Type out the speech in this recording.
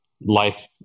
life